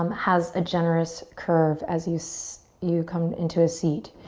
um has a generous curve as you so you come into a seat.